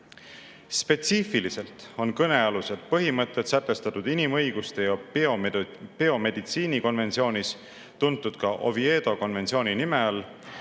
Spetsiifiliselt on kõnealused põhimõtted sätestatud inimõiguste ja biomeditsiini konventsioonis – tuntud ka Oviedo konventsiooni nime